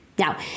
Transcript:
Now